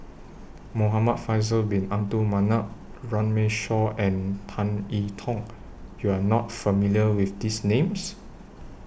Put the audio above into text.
Muhamad Faisal Bin Abdul Manap Runme Shaw and Tan I Tong YOU Are not familiar with These Names